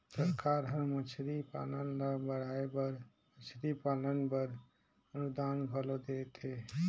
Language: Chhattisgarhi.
सरकार हर मछरी पालन ल बढ़ाए बर मछरी पालन बर अनुदान घलो देथे